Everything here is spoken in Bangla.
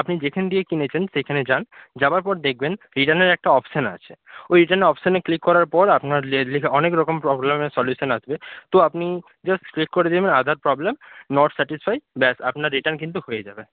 আপনি যেখান দিয়ে কিনেছেন সেইখানে যান যাওয়ার পর দেখবেন রিটার্নের একটা অপশন আছে ওই রিটার্নের অপশনে ক্লিক করার পর আপনার লেখা অনেকরকম প্রবলেমের সলিউশন আসবে তো আপনি জাস্ট ক্লিক করে দেবেন আদার প্রবলেম নট স্যাটিসফায়েড ব্যাস আপনার রিটার্ন কিন্তু হয়ে যাবে